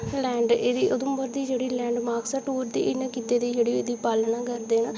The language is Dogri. लैंड एह्दी उधमुपर दी जेह्ड़ी लैंडमार्क्स टूर दी इन्नै कीती दी जेह्ड़ी एह्दी पालना करदे न